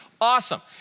awesome